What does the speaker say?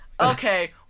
okay